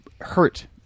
hurt